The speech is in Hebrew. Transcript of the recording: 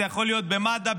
זה יכול להיות במד"א,